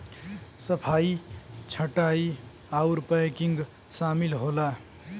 सफाई छंटाई आउर पैकिंग सामिल होला